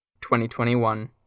2021